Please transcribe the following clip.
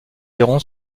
iront